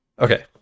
Okay